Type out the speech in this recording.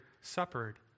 suppered